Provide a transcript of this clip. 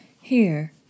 Here